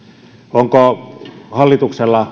onko hallituksella